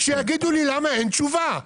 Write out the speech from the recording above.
שיגידו לי למה אין תשובה.